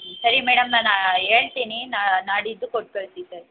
ಸರಿ ಮೇಡಮ್ ನಾನು ಹೇಳ್ತೀನಿ ನಾಡಿದ್ದು ಕೊಟ್ಟು ಕಳಿಸಿ ಸರ್